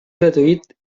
gratuït